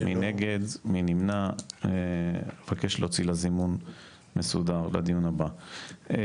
אני אבקש להוציא לה זימון מסודר לדיון הבא.